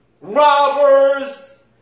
robbers